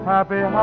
Happy